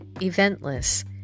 eventless